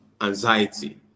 anxiety